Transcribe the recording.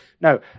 No